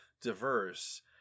diverse